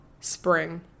spring